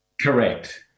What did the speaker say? Correct